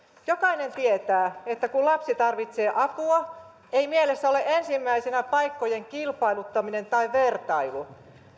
jokainen tietää että kun lapsi tarvitsee apua ei mielessä ole ensimmäisenä paikkojen kilpailuttaminen tai vertailu